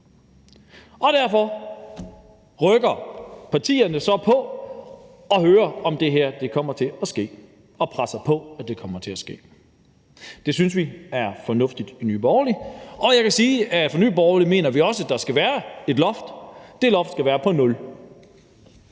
Derfor rykker partierne så for at høre, om det her kommer til at ske, og presser på for, at det kommer til at ske. Det synes vi er fornuftigt i Nye Borgerlige, og jeg vil sige, at i Nye Borgerlige mener vi også, at der skal være et loft, og at det loft skal være på nul.